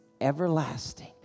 everlasting